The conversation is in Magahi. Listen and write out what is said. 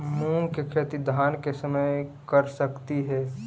मुंग के खेती धान के समय कर सकती हे?